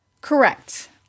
Correct